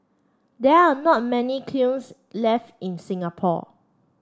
there are not many kilns left in Singapore